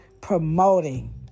promoting